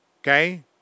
Okay